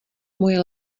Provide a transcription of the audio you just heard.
moje